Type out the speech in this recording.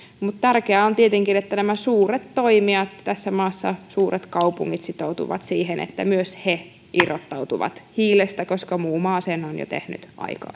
tärkeää on tietenkin että suuret toimijat tässä maassa suuret kaupungit sitoutuvat siihen että myös ne irrottautuvat hiilestä koska muu maa sen on jo tehnyt aikaa